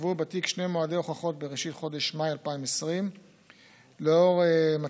נקבעו בתיק שני מועדי הוכחות בראשית חודש מאי 2020. לנוכח